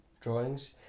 drawings